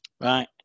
Right